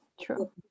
true